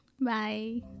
Bye